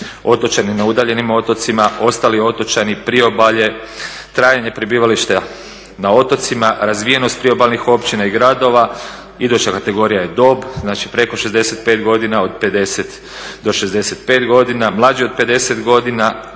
na udaljenim otocima, ostali otočani, priobalje, trajanje prebivališta na otocima, razvijenost priobalnih općina i gradova. Iduća kategorija je dob, znači preko 65 godina, od 50 do 65 godina, mlađi od 50 godina,